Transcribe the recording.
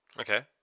Okay